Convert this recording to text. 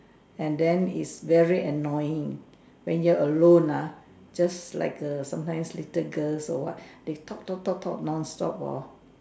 and then is very annoying when you're alone ah just like err sometimes little girls or what they talk talk talk talk non stop hor